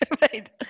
right